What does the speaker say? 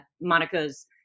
Monica's